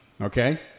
okay